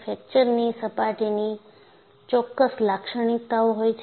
ફ્રેક્ચરની સપાટીની ચોક્કસ લાક્ષણિકતાઓ હોય છે